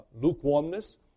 lukewarmness